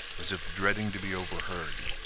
as if dreading to be overheard.